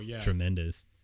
tremendous